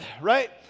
right